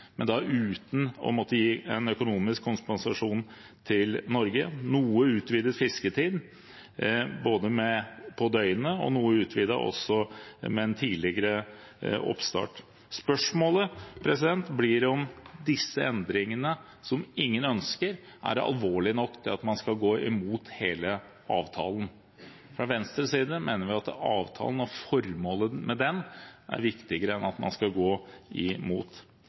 men da uten å måtte gi en økonomisk kompensasjon til Norge, med noe utvidet fisketid i løpet av døgnet og noe utvidet også med en tidligere oppstart. Spørsmålet blir om disse endringene, som ingen ønsker, er alvorlige nok til at man skal gå imot hele avtalen. Fra Venstres side mener vi at avtalen og formålet med den er viktigere enn at man skal gå imot.